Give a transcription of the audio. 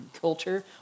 culture